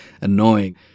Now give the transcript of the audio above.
annoying